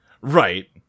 Right